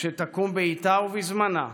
שתקום בעיתה ובזמנה,